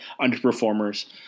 underperformers